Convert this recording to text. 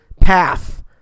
path